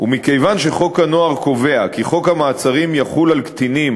ומכיוון שחוק הנוער קובע כי חוק המעצרים יחול על קטינים